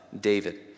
David